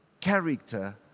character